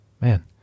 man